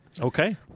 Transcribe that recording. Okay